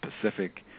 Pacific